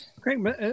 Great